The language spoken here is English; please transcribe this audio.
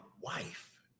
wife